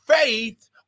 Faith